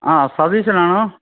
ആ സതീശനാണോ